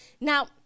Now